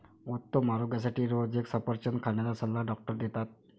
उत्तम आरोग्यासाठी रोज एक सफरचंद खाण्याचा सल्ला डॉक्टर देतात